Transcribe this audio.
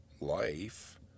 life